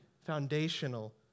foundational